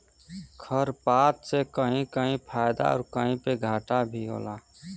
खरपात से कहीं कहीं फायदा आउर कहीं पे घाटा भी होला